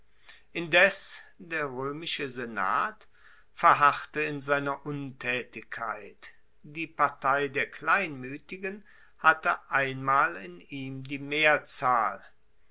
indes der roemische senat verharrte in seiner untaetigkeit die partei der kleinmuetigen hatte einmal in ihm die mehrzahl